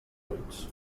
ulls